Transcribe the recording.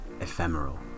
ephemeral